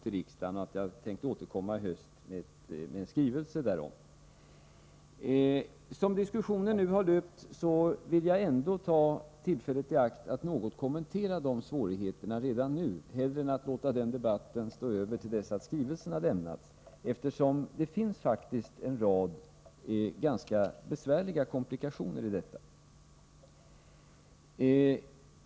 Jag avser att i höst återkomma med en skrivelse därom. Trots den diskussion som varit vill jag ta tillfället i akt och redan nu något kommentera svårigheterna. Jag gör det nu hellre än att låta den debatten stå över till dess att en skrivelse avlämnats. Det finns nämligen en rad ganska stora komplikationer i detta sammanhang.